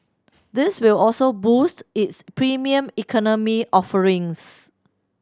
this will also boost its Premium Economy offerings